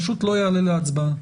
פשוט לא יעלה להצבעה.